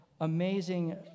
amazing